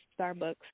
Starbucks